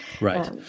right